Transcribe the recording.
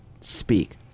speak